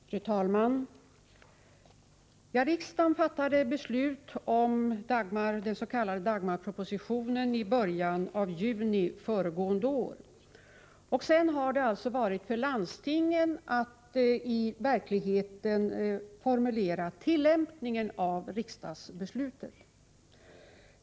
Fru talman! Riksdagen fattade beslut om den s.k. Dagmarpropositionen i början av juni förra året. Sedan har det ankommit på landstingen att i praktiken formulera tillämpningen av riksdagsbeslutet.